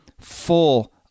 full